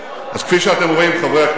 אז כפי שאתם רואים, חברי הכנסת,